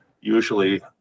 usually